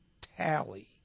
tally